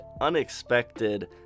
unexpected